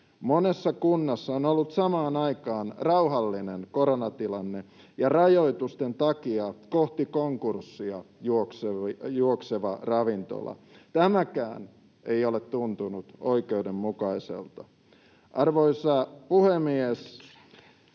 monessa kunnassa on ollut samaan aikaan rauhallinen koronatilanne ja rajoitusten takia kohti konkurssia juokseva ravintola. Tämäkään ei ole tuntunut oikeudenmukaiselta. Arvoisa puhemies!